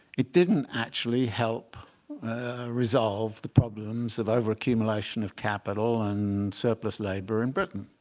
it didn't actually help resolve the problems of overaccumulation of capital and surplus labor in britain